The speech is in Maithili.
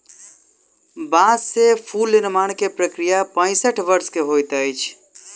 बांस से फूल निर्माण के प्रक्रिया पैसठ वर्ष के होइत अछि